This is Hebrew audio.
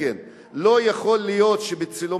לא בטוח.